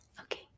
okay